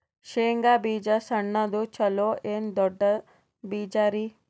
ಶೇಂಗಾ ಬೀಜ ಸಣ್ಣದು ಚಲೋ ಏನ್ ದೊಡ್ಡ ಬೀಜರಿ?